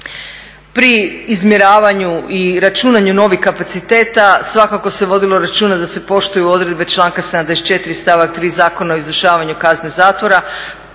Pri izmjeravanju i računanju novih kapaciteta svakako se vodilo računa da se poštuju odredbe članka 74.stavak 3. Zakona o izvršavanju kazne zatvora